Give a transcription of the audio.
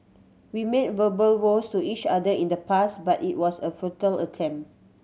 we made verbal vows to each other in the past but it was a futile attempt